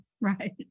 Right